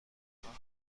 خواهم